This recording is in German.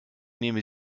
nehme